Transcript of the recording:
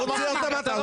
נא לצאת.